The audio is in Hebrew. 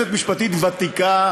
שהיא יועצת משפטית ותיקה,